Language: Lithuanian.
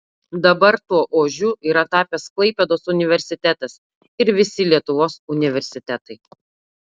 dabar tuo ožiu yra tapęs klaipėdos universitetas ir visi lietuvos universitetai